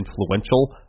influential